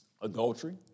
Adultery